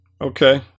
Okay